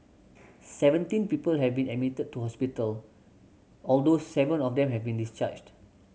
seventeen people have been admitted to hospital although seven of them have been discharged